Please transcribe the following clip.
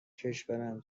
کشورم